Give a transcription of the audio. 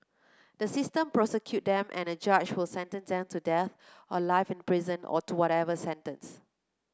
the system prosecute them and a judge will sentence them to death or life in prison or to whatever sentence